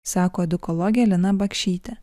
sako edukologė lina bakšytė